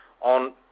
on